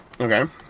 Okay